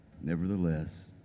Nevertheless